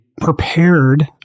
prepared